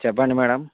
చెప్పండి మేడం